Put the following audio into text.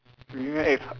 really meh eh